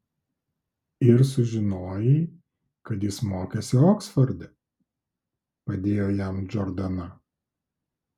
ir sužinojai kad jis mokėsi oksforde padėjo jam džordana